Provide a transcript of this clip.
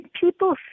people